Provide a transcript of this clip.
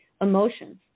emotions